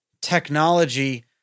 technology